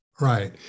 right